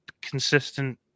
consistent